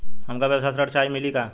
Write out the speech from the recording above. हमका व्यवसाय ऋण चाही मिली का?